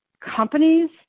companies